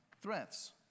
threats